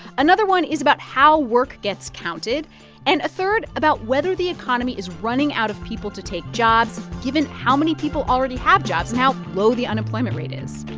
another one is about how work gets counted counted and a third about whether the economy is running out of people to take jobs given how many people already have jobs and how low the unemployment rate is.